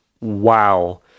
Wow